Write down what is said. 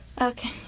okay